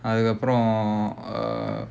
அதுக்கு அப்புறம்:adhukku appuram uh